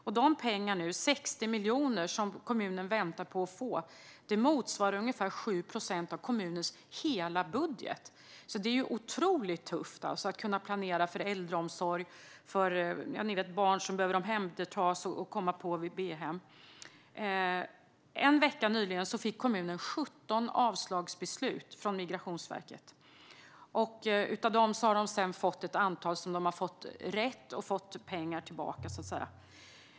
Dessa pengar, 60 miljoner, som kommunen nu väntar på att få motsvarar ungefär 7 procent av kommunens hela budget. Det är otroligt tufft att kunna planera för äldreomsorg och för barn som behöver omhändertas och komma på HVB-hem. Under en vecka nyligen fick kommunen 17 avslagsbeslut från Migrationsverket. Av dessa har man sedan fått rätt i ett antal och fått pengar tillbaka.